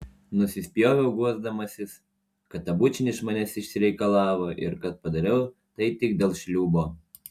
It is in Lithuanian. nusispjoviau guosdamasis kad tą bučinį iš manęs išsireikalavo ir kad padariau tai tik dėl šliūbo